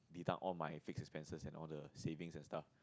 deduct all my fixed expenses and all the savings and stuff